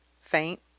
faint